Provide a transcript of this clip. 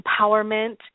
empowerment